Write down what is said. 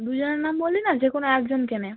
দুজনের নাম বললি না যে কোনো একজনকে নে